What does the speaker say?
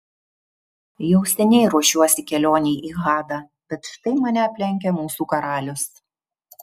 jau seniai ruošiuosi kelionei į hadą bet štai mane aplenkia mūsų karalius